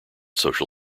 social